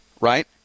right